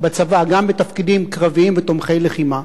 בצבא גם בתפקידים קרביים ותומכי לחימה,